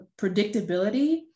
predictability